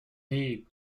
need